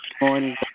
morning